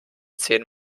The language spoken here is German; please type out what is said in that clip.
zehn